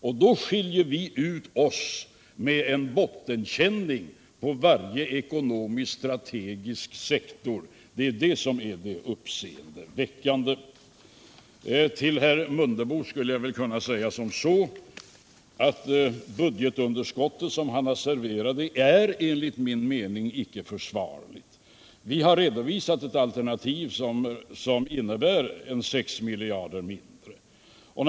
Men nu skiljer vi ut oss med en bottenkänning på varje strategisk ekonomisk sektor. Det är det som är det uppseendeväckande. Till herr Mundebo vill jag säga att det budgetunderskott han serverat enligt min mening icke är försvarligt. Vi har redovisat ett alternativ som innebär ett 6 miljarder kronor lägre underskott.